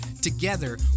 together